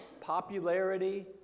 popularity